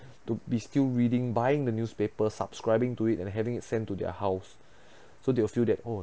to be still reading buying the newspaper subscribing to it and having it send to their house so they will feel that oh